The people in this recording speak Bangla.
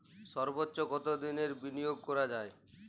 সর্বোচ্চ কতোদিনের বিনিয়োগ করা যায়?